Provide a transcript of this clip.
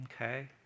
Okay